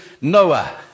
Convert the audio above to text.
Noah